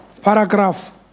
Paragraph